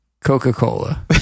coca-cola